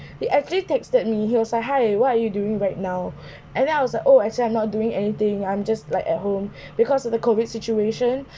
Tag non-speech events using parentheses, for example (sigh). (breath) he actually texted me he was like hi what are you doing right now (breath) and then I was like oh I said I'm not doing anything I'm just like at home (breath) because of the COVID situation (breath)